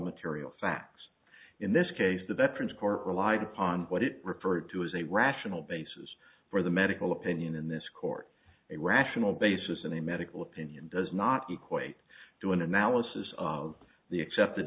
material facts in this case the veterans court relied upon what it referred to as a rational basis for the medical opinion in this court a rational basis and a medical opinion does not equate to an analysis of the accepted